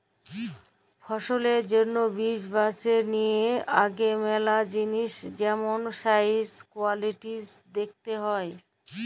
ফসলের জ্যনহে বীজ বাছে লিয়ার আগে ম্যালা জিলিস যেমল সাইজ, কোয়ালিটিজ দ্যাখতে হ্যয়